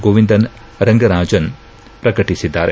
ಗೋವಿಂದನ್ ರಂಗರಾಜನ್ ಪ್ರಕಟಿಸಿದ್ದಾರೆ